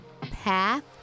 path